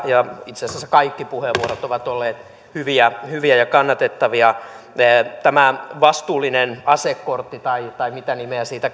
ja itse asiassa kaikki puheenvuorot ovat olleet hyviä hyviä ja kannatettavia tämä vastuullinen asekortti tai tai mitä nimeä siitä